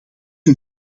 een